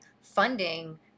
funding